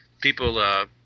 people, –